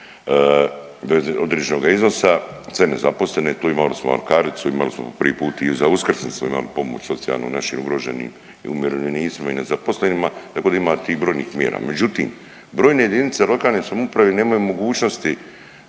određenoga iznosa, sve nezaposlene, tu imali smo Alkaricu, imali smo prvi put i za uskrsnicu imali pomoć socijalnu našim ugroženim i umirovljenicima i nezaposlenima, tako da ima tih brojnih mjera. Međutim, brojne JLS nemaju mogućnosti